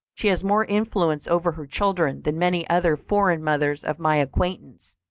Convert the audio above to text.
she has more influence over her children than many other foreign mothers of my acquaintance.